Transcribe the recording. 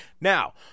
Now